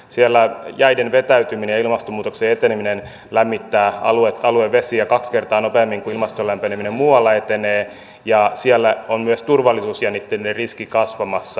siellä jäiden vetäytyminen ja ilmastonmuutoksen eteneminen lämmittävät aluevesiä kaksi kertaa nopeammin kuin ilmaston lämpeneminen muualla etenee ja siellä on myös turvallisuusjännitteiden riski kasvamassa